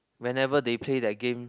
whenever they play that game